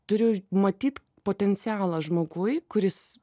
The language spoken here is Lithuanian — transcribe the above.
turiu matyt potencialą žmoguj kuris